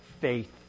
faith